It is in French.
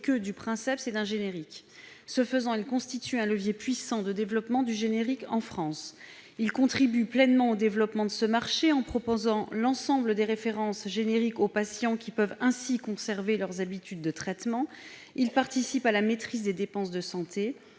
que du princeps et d'un générique. Ce faisant, ils constituent un levier puissant de développement du générique en France. Ils contribuent pleinement au développement de ce marché, en proposant l'ensemble des références génériques aux patients qui peuvent conserver leurs habitudes de traitement. Ils participent à la maitrise des dépenses de santé.